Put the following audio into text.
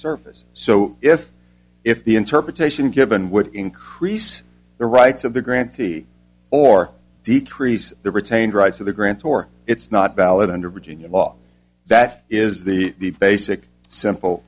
service so if if the interpretation given would increase the rights of the grantee or decrease the retained rights of the grant or it's not valid under virginia law that is the basic simple